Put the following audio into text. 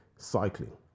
cycling